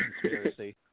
conspiracy